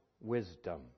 wisdom